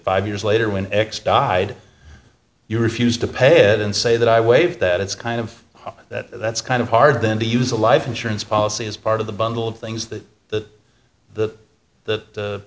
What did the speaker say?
five years later when ex died you refused to pay it and say that i waived that it's kind of that that's kind of hard then to use a life insurance policy as part of the bundle of things that the the th